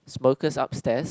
smokers upstairs